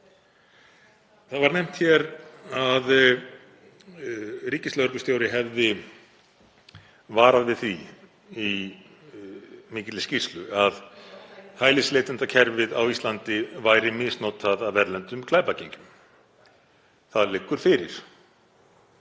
Það var nefnt hér að ríkislögreglustjóri hefði varað við því í mikilli skýrslu að hælisleitendakerfið á Íslandi væri misnotað af erlendum glæpagengjum. Það liggur fyrir.